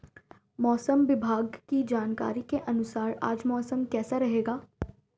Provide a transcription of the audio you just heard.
मौसम विभाग की जानकारी के अनुसार आज मौसम कैसा रहेगा?